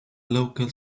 local